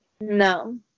No